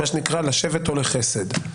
מה שנקרא: "לשבט או לחסד"